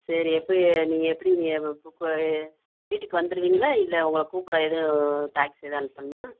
சரி எப்படி நீங்கள் எப்படி நீங்கள் கூப்பிட்டு வரது வீட்டுக்கு வந்துடுவீங்களா இல்லை உங்களை கூப்பிட எதும் டாக்ஸி எதுவும் அனுப்பணுமா